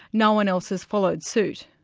no-one else has followed suit.